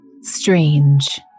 strange